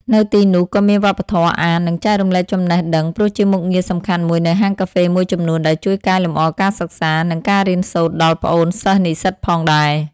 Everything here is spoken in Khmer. នៅទីនោះក៏មានវប្បធម៌អាន និងចែករំលែកចំណេះដឹង ព្រោះជាមុខងារសំខាន់មួយនៅហាងកាហ្វេមួយចំនួនដែលជួយកែលម្អការសិក្សា និងការរៀនសូត្រដល់ប្អូនសិស្សនិស្សិតផងដែរ។